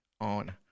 on